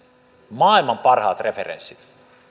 maailman parhaat referenssit